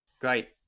Great